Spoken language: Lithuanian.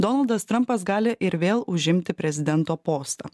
donaldas trampas gali ir vėl užimti prezidento postą